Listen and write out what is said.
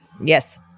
Yes